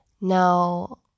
Now